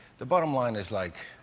the bottom line is, like,